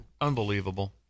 Unbelievable